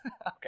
Okay